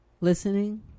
Listening